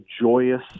joyous